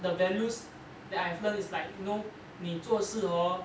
the values that I have learned is like you know 你做事 hor